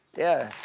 yeah.